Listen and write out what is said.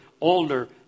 older